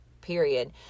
period